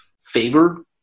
favor